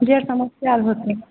जे समस्या होएतै